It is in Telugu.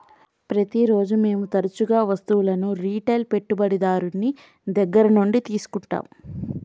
ప్రతిరోజు మేము తరచుగా వస్తువులను రిటైల్ పెట్టుబడిదారుని దగ్గర నుండి తీసుకుంటాం